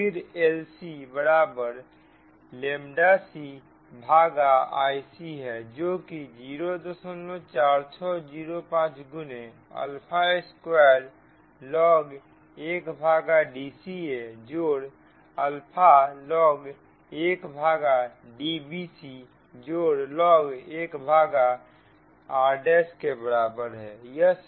फिर Lc बराबर cभागा Ic है जोकि 04605 गुने अल्फा स्क्वायर log 1 भागा Dca जोड़ अल्फा log 1 भागा Dbc जोड़ log 1 भागा r के बराबर है